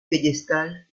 piédestal